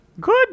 Good